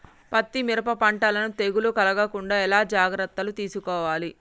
పత్తి మిరప పంటలను తెగులు కలగకుండా ఎలా జాగ్రత్తలు తీసుకోవాలి?